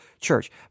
church